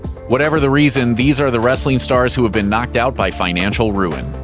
whatever the reason, these are the wrestling stars who have been knocked out by financial ruin.